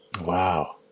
wow